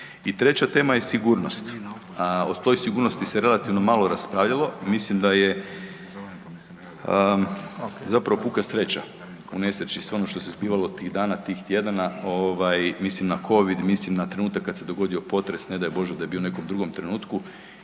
I treća tema je sigurnost, a o toj sigurnosti se relativno malo raspravljalo, mislim da je zapravo puka sreća u nesreći, sve ono što se zbivalo tih dana, tih tjedana, mislim na Covid, mislim na trenutak kad se dogodio potres, ne daj Bože da je bio u nekom drugom trenutku